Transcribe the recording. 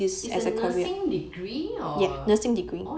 it's a nursing degree or